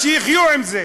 שיחיו עם זה.